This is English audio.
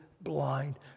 blind